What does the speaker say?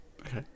Okay